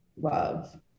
Love